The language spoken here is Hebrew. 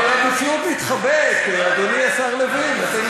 אבל המציאות מתחבאת, אדוני השר לוין, אתם מתחבאים.